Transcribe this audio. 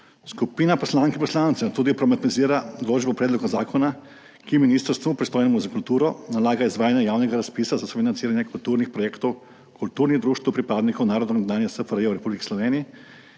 Skupina poslank in poslancev problematizira tudi določbo predloga zakona, ki ministrstvu, pristojnemu za kulturo, nalaga izvajanje javnega razpisa za sofinanciranje kulturnih projektov kulturnih društev pripadnikov narodov nekdanje SFRJ v Republiki Sloveniji,